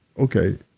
okay.